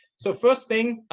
so first thing,